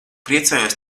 priecājos